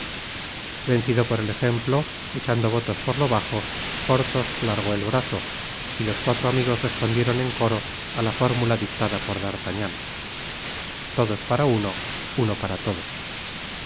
vencido por el ejemplo echando votos por lo bajo porthos alargó el brazo y los cuatro amigos respondieron en coro ála fórmula dictada pord artagnan todos para uno uno para todos